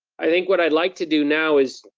i think what i'd like to do now is,